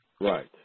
Right